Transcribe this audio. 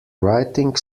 writing